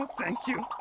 ah thank you,